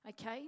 okay